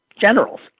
generals